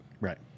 Right